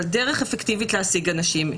אבל דרך אפקטיבית להשיג אנשים,